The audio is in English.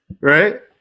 Right